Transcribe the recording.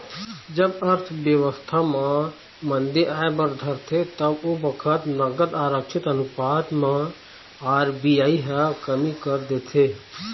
जब अर्थबेवस्था म मंदी आय बर धरथे तब ओ बखत नगद आरक्छित अनुपात म आर.बी.आई ह कमी कर देथे